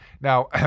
Now